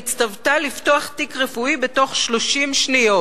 והצטוותה לפתוח תיק רפואי לילד בתוך 30 שניות.